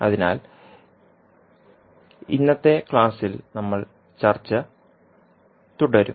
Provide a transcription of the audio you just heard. അതിനാൽ ഇന്നത്തെ ക്ലാസ്സിൽ നമ്മൾ ചർച്ച തുടരും